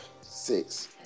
six